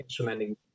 instrumenting